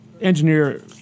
engineer